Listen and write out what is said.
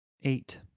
Eight